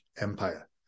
Empire